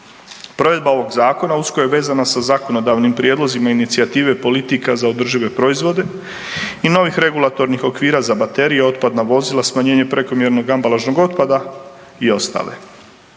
Provedba ovog zakona usko je vezana sa zakonodavnim prijedlozima i inicijative politika za održive proizvode i novih regulatornih okvira za baterije, otpadna vozila, smanjenje prekomjernog ambalažnog otpada i ostale.